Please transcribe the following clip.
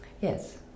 Yes